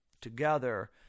together